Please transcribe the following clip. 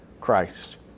Christ